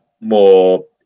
more